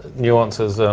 nuances,